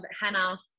Hannah